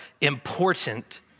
important